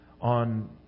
on